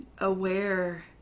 aware